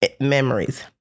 memories